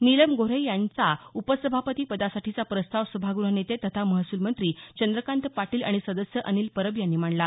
नीलम गोऱ्हे यांचा उपसभापतीपदासाठीचा प्रस्ताव सभागृह नेते तथा महसूल मंत्री चंद्रकांत पाटील आणि सदस्य अनिल परब यांनी मांडला